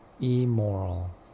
immoral